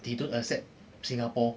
they don't accept singapore